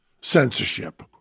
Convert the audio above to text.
censorship